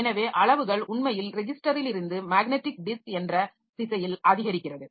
எனவே அளவுகள் உண்மையில் ரெஜிஸ்டரிலிருந்து மேக்னடிக் டிஸ்க் என்ற திசையில் அதிகரிக்கிறது